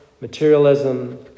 materialism